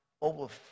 over